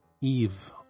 EVE